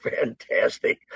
fantastic